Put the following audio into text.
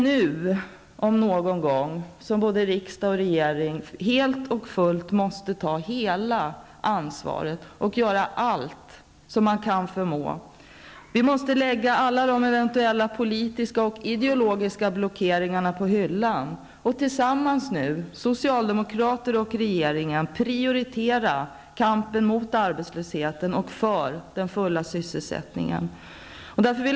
Nu om någonsin måste både riksdag och regering helt och fullt ta ansvaret och göra allt man kan. Vi måste lägga alla eventuella politiska och ideologiska blockeringar på hyllan och tillsammans -- socialdemokrater och regering -- prioritera kampen mot arbetslösheten och för den fulla sysselsättningen.